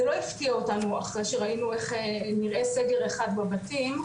זה לא הפתיע אותנו אחרי שראינו איך נראה סגר אחד בבתים,